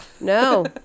No